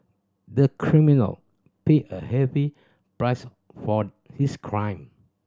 the criminal paid a heavy price for his crime